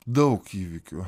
daug įvykių